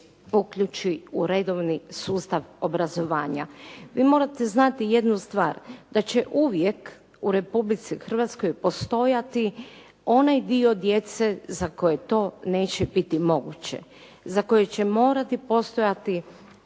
uključi u redovni sustav obrazovanja. Vi morate znati jednu stvar, da će uvijek u Republici Hrvatskoj postojati onaj dio djece za koji to neće biti moguće, za koje će morati postojati